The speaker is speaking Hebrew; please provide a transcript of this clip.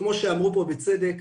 כמו שאמרו פה בצדק,